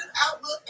outlook